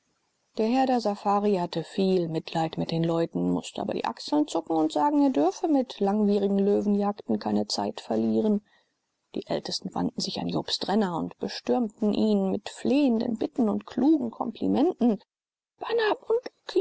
der herr der safari hatte viel mitleid mit den leuten mußte aber die achseln zucken und sagen er dürfe mit langwierigen löwenjagden keine zeit verlieren die ärmsten wandten sich an jobst renner und bestürmten ihn mit flehenden bitten und klugen komplimenten bana